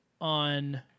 on